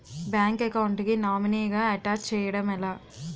Bank account కి nominee గా attach చేయడం ఎలా?